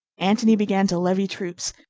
antony began to levy troops,